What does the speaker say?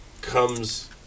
comes